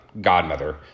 godmother